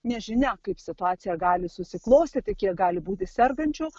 nežinia kaip situacija gali susiklostyti kiek gali būti sergančių